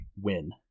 win